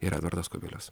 ir edvardas kubilius